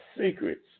secrets